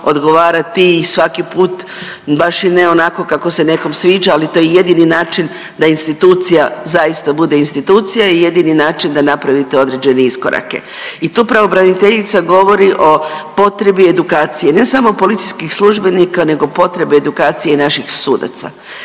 odgovarati i svaki put baš i ne onako kako se nekom sviđa, ali to je jedini način da institucija zaista bude institucija i jedini način da napravite određene iskorake. I tu pravobraniteljica govori o potrebi edukacije ne samo policijskih službenika, nego potrebe edukacije naših sudaca.